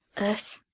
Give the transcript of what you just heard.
earth,